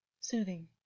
soothing